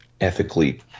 ethically